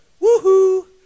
woohoo